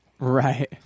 Right